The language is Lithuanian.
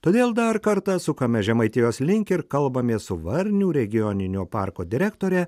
todėl dar kartą sukame žemaitijos link ir kalbamės su varnių regioninio parko direktore